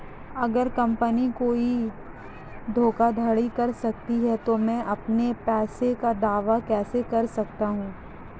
अगर कंपनी कोई धोखाधड़ी करती है तो मैं अपने पैसे का दावा कैसे कर सकता हूं?